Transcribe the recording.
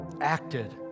acted